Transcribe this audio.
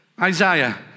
Isaiah